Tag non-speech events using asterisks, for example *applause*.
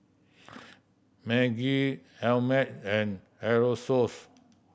*noise* Maggi Ameltz and Aerosoles